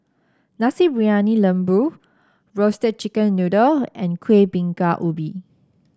Nasi Briyani Lembu Roasted Chicken Noodle and Kuih Bingka Ubi